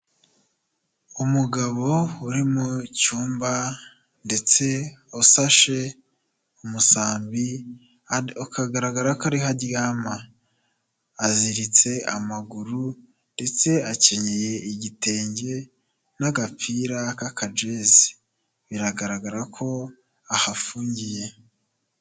Umugabo uri mu cyumba ndetse usashe umusambi ukagaragara ko ariho aryama, aziritse amaguru ndetse akenyeye igitenge n'agapira k'akajezi, biragaragara ko ahafungiye.